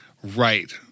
Right